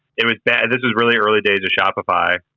it was bad, this is really early days of shopify